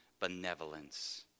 benevolence